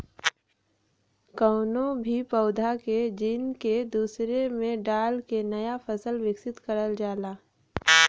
कउनो भी पौधा के जीन के दूसरे में डाल के नया फसल विकसित करल जाला